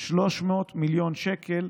300 מיליון שקל,